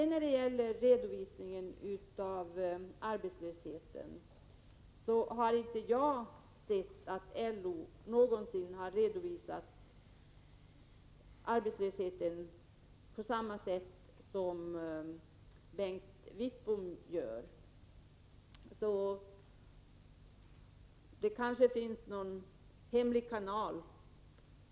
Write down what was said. När det gäller redovisningen av arbetslösheten har jag inte sett att LO någonsin redovisat arbetslösheten på samma sätt som Bengt Wittbom gör. Det kanske här finns någon hemlig kanal.